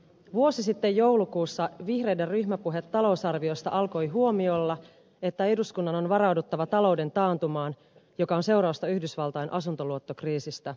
vuosi sitten joulukuussa vihreiden ryhmäpuhe talousarviosta alkoi huomiolla että eduskunnan on varauduttava talouden taantumaan joka on seurausta yhdysvaltain asuntoluottokriisistä